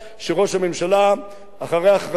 אחרי הכרזתו על שתי מדינות לשני עמים,